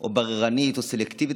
או בררנית או סלקטיבית,